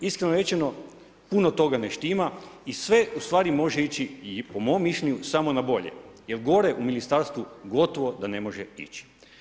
Iskreno rečeno, puno toga ne štima i sve ustvari može ići i po mom mišljenju samo na bolje jer gore u ministarstvu gotovo da ne može ići.